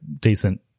decent